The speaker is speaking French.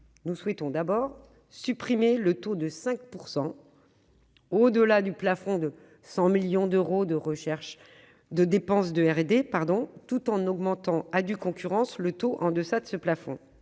nous souhaitons supprimer le taux de 5 % de CIR au-delà du plafond de 100 millions d'euros de dépenses de R&D, tout en augmentant à due concurrence le taux en deçà de ce plafond.